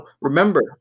remember